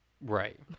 right